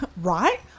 Right